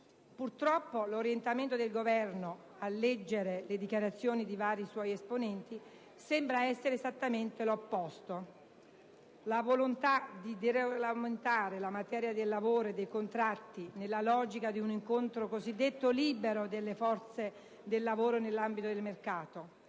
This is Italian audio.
Purtroppo, l'orientamento del Governo, a leggere le dichiarazioni di vari suoi esponenti, sembra essere esattamente l'opposto: la volontà di deregolamentare la materia del lavoro e dei contratti, nella logica di un incontro cosiddetto libero delle forze del lavoro nell'ambito del mercato.